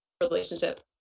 relationship